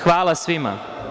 Hvala svima.